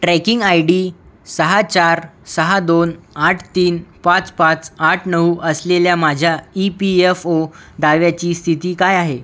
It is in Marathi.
ट्रॅकिंग आय डी सहा चार सहा दोन आठ तीन पाच पाच आठ नऊ असलेल्या माझ्या ई पी एफ ओ दाव्याची स्थिती काय आहे